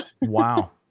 Wow